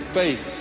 faith